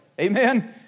amen